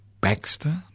Baxter